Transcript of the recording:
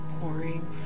pouring